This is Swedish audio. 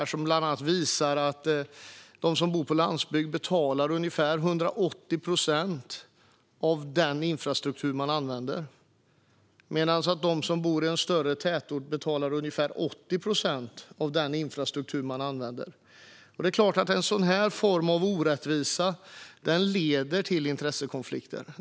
De visar bland annat att de som bor på landsbygden betalar ungefär 180 procent av den infrastruktur som de använder, medan de som bor i en större tätort betalar ungefär 80 procent av den infrastruktur som de använder. Det är klart att en sådan form av orättvisa leder till intressekonflikter.